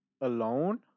alone